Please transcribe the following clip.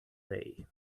day